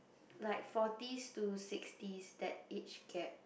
like forties to sixties that age gap